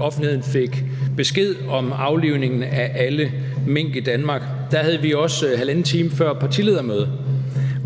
offentligheden jo fik besked om aflivningen af alle mink i Danmark, havde vi også halvanden time før et partiledermøder,